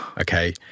okay